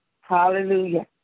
hallelujah